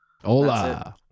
Hola